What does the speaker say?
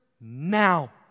now